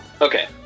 okay